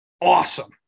awesome